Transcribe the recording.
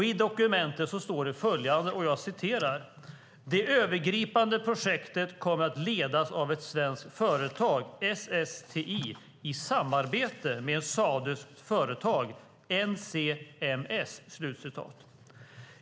I dokumentet står följande: Det övergripande projektet kommer att ledas av ett svenskt företag, SSTI, i samarbete med ett saudiskt företag, NCMS.